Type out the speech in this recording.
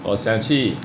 我想去